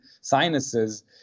sinuses